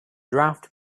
draft